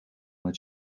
het